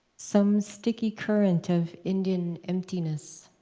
some sticky current of indian emptiness.